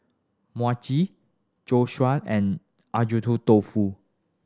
Mochi Zosui and Agedashi Dofu